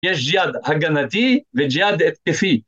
יש ג'יהד הגנתי וג'יהד התקפי